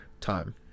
Time